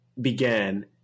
began